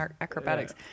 acrobatics